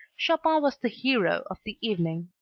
chopin was the hero of the evening.